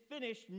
finished